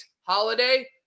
holiday